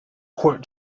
court